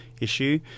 issue